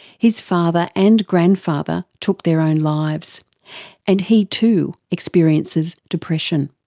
his father and grandfather took their own lives and he too experiences depression.